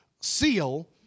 seal